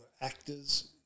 actors